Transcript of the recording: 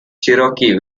cherokee